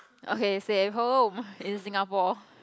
okay fake home in Singapore